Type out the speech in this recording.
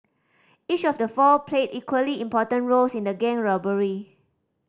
each of the four played equally important roles in the gang robbery